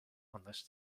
unless